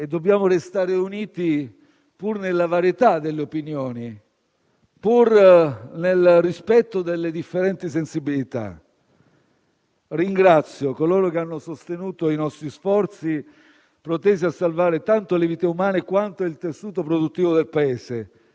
Dobbiamo restare uniti, pur nella varietà delle opinioni, pur nel rispetto delle differenti sensibilità. Ringrazio coloro che hanno sostenuto i nostri sforzi protesi a salvare tanto le vite umane, quanto il tessuto produttivo del Paese,